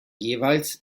jeweils